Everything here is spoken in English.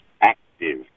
active